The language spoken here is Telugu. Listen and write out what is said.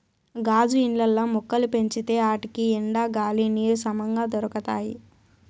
గాజు ఇండ్లల్ల మొక్కలు పెంచితే ఆటికి ఎండ, గాలి, నీరు సమంగా దొరకతాయి